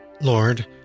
Lord